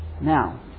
now